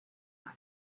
life